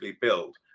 build